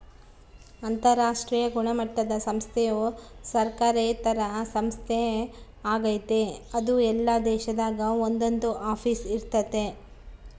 ಅಂತರಾಷ್ಟ್ರೀಯ ಗುಣಮಟ್ಟುದ ಸಂಸ್ಥೆಯು ಸರ್ಕಾರೇತರ ಸಂಸ್ಥೆ ಆಗೆತೆ ಅದು ಎಲ್ಲಾ ದೇಶದಾಗ ಒಂದೊಂದು ಆಫೀಸ್ ಇರ್ತತೆ